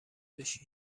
بشی